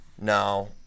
No